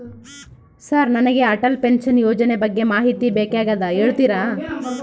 Sir ನನಗೆ Atal pension ಯೋಜನೆ ಬಗ್ಗೆ ಮಾಹಿತಿ ಬೇಕಾಗ್ಯದ ಹೇಳ್ತೇರಾ?